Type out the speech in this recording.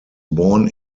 born